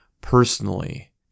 personally